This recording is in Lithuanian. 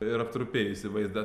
ir aptrupėjusį vaizdą